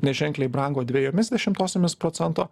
neženkliai brango dvejomis dešimtosiomis procento